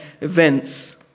events